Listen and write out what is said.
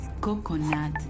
Coconut